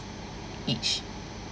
each